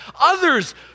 Others